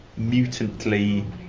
mutantly